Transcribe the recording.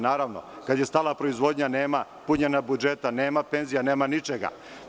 Naravno, kada je stala proizvodnja, nema punjenja budžeta, nema penzija, nema ničega.